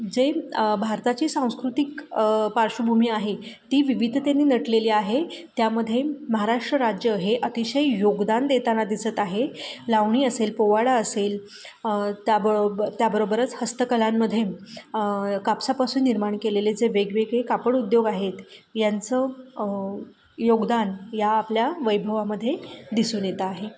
जे भारताची सांस्कृतिक पार्श्वभूमी आहे ती विविधतेने नटलेली आहे त्यामध्ये महाराष्ट्र राज्य हे अतिशय योगदान देताना दिसत आहे लावणी असेल पोवाडा असेल त्याबरोबर त्याबरोबरच हस्तकलांमध्ये कापसापासून निर्माण केलेले जे वेगवेगळे कापड उद्योग आहेत यांचं योगदान या आपल्या वैभवामध्ये दिसून येत आहे